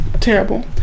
terrible